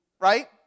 right